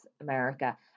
America